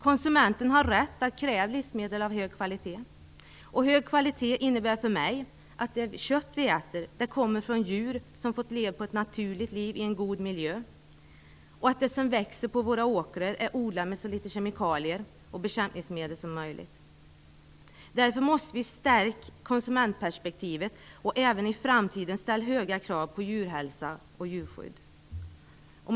Konsumenten har rätt att kräva livsmedel av hög kvalitet. Hög kvalitet innebär för mig att det kött vi äter kommer från djur som fått leva ett naturligt liv i en god miljö, och att det som växer på våra åkrar är odlat med så litet kemikalier och bekämpningsmedel som möjligt. Därför måste vi förstärka konsumentperspektivet och även i framtiden ställa höga krav på djurhälsa och djurskydd. Herr talman!